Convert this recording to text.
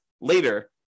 later